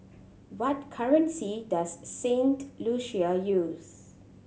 what currency does Saint Lucia use